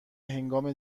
هنگام